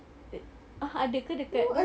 eh ah ada ke dekat t~